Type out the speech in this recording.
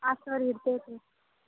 ಆತು ಸರಿ ಇಡ್ತೇವೆ